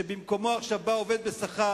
שבמקומו בא עכשיו עובד בשכר,